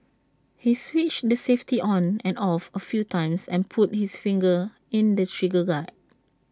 he switched the safety on and off A few times and put his finger in the trigger guard